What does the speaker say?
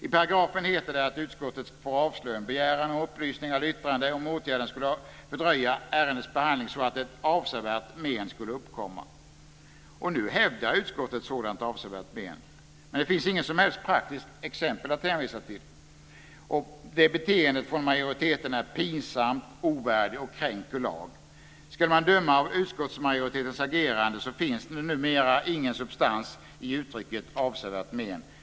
I paragrafen heter det att utskottet får avslå en begäran om upplysningar eller yttrande om åtgärden skulle fördröja ärendets behandling så att ett avsevärt men skulle uppkomma. Nu hävdar utskottet ett sådant avsevärt men. Men det finns inget som helst praktiskt exempel att hänvisa till. Beteendet från majoritetens sida är pinsamt, ovärdigt och kränker lag! Ska man döma av utskottsmajoritetens agerande finns det numera ingen substans i uttrycket avsevärt men.